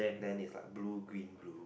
then is like blue green blue